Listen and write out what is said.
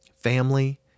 family